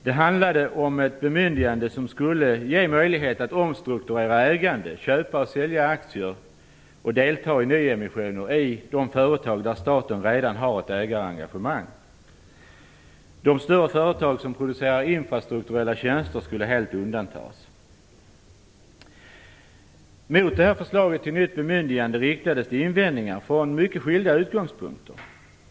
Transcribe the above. Det handlade om ett bemyndigande som skulle ge möjlighet att omstrukturera ägande, köpa och sälja aktier och delta i nyemissioner i de företag där staten redan har ett ägarengagemang. De större företag som producerar infrastrukturella tjänster skulle helt undantas. Mot detta förslag till nytt bemyndigande riktades invändningar från mycket skilda utgångspunkter.